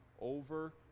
over